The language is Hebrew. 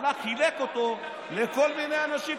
הוא הלך וחילק אותו לכל מיני אנשים פה,